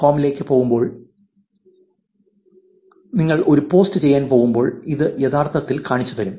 com ലേക്ക് പോകുമ്പോൾ നിങ്ങൾ ഒരു പോസ്റ്റ് ചെയ്യാൻ പോകുമ്പോൾ ഇത് യഥാർത്ഥത്തിൽ കാണിച്ചുതരും